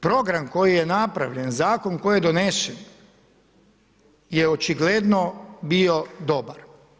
Program koji je napravljen, zakon koji je donesen je očigledno bio dobar.